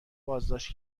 بازداشت